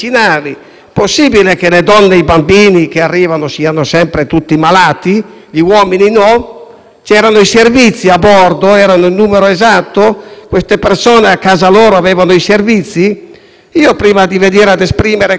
C'erano i servizi a bordo? Erano in numero esatto? Quelle persone a casa loro avevano i servizi? Prima di venire a esprimere un tale parere, nei giorni scorsi peregrinando nel mio collegio di Cuneo,